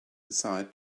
aside